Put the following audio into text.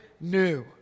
new